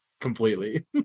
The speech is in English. completely